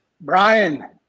Brian